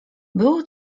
było